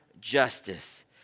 justice